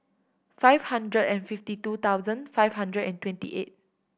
five hundred and fifty two thousand five hundred and twenty eight